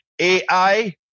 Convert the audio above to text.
AI